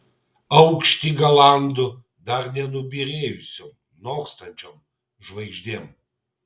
aukštį galandu dar nenubyrėjusiom nokstančiom žvaigždėm